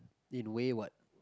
in way what